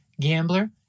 Gambler